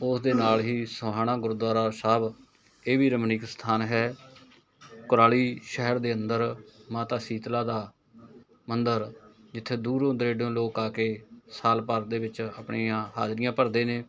ਉਸਦੇ ਨਾਲ ਹੀ ਸੋਹਾਣਾ ਗੁਰਦੁਆਰਾ ਸਾਹਿਬ ਇਹ ਵੀ ਰਮਣੀਕ ਸਥਾਨ ਹੈ ਕੁਰਾਲੀ ਸ਼ਹਿਰ ਦੇ ਅੰਦਰ ਮਾਤਾ ਸ਼ੀਤਲਾ ਦਾ ਮੰਦਰ ਜਿੱਥੇ ਦੂਰੋਂ ਦੁਰੇਡੋ ਲੋਕ ਆ ਕੇ ਸਾਲ ਭਰ ਦੇ ਵਿੱਚ ਆਪਣੀਆਂ ਹਾਜ਼ਰੀਆਂ ਭਰਦੇ ਨੇ